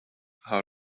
how